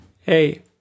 Hey